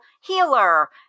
healer